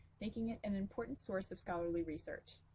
making it an important source of scholarly research.